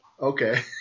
okay